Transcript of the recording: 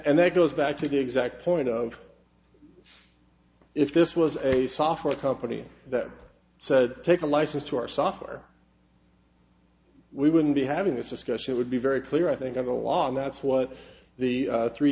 and that goes back to the exact point of if this was a software company that said take a license to our software we wouldn't be having this discussion it would be very clear i think a lot of that's what the three